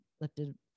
lifted